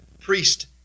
priest